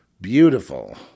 beautiful